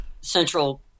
central